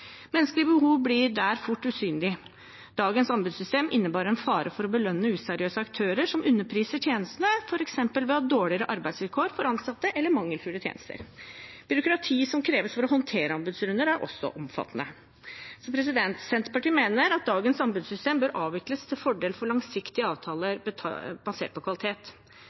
Menneskelige behov blir fort usynlige. Dagens anbudssystem innebærer en fare for å belønne useriøse aktører som underpriser tjenestene f.eks. ved å ha dårlige arbeidsvilkår for ansatte eller mangelfulle tjenester. Byråkratiet som kreves for å håndtere anbudsrunder, er også omfattende. Senterpartiet mener at dagens anbudssystem bør avvikles til fordel for langsiktige avtaler basert på kvalitet.